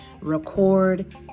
record